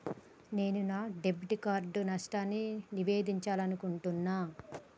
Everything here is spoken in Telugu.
నేను నా డెబిట్ కార్డ్ నష్టాన్ని నివేదించాలనుకుంటున్నా